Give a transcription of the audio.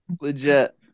legit